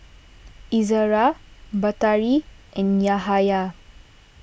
Izzara Batari and Yahaya